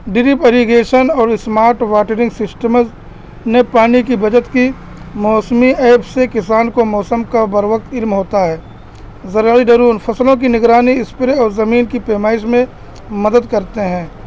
DRAP irrigation اور smart watering systems نے پانی کی بچت کی موسمی ایپ سے کسان کو موسم کا بر وقت عرم ہوتا ہے زرعی درون فصلوں کی نگرانی اسپرے اور زمین کی پیمائش میں مدد کرتے ہیں